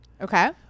Okay